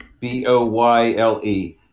B-O-Y-L-E